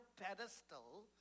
pedestal